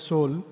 Soul